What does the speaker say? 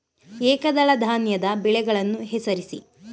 ಏಕದಳ ಧಾನ್ಯದ ಬೆಳೆಗಳನ್ನು ಹೆಸರಿಸಿ?